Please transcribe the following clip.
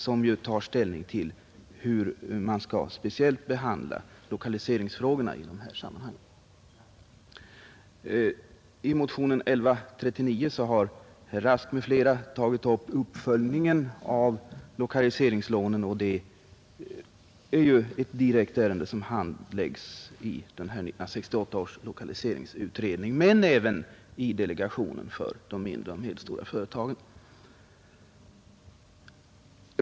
De har att ta ställning till hur man skall behandla de särskilda lokaliseringsfrågorna i dessa sammanhang. I motionen 1139 har herr Rask tagit upp frågan om uppföljningen av lokaliseringslåneverksamheten, och det är ett ärende som direkt handläggs i 1968 års lokaliseringsutredning men även i delegationen för de mindre och medelstora företagen.